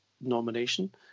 nomination